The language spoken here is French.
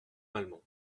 malmont